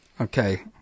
Okay